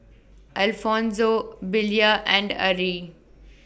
Alfonso Belia and Arrie